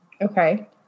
Okay